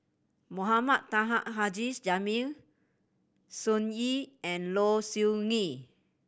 Mohamed Taha Haji Jamil Sun Yee and Low Siew Nghee